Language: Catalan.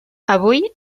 avui